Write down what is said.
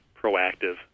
proactive